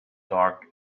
dark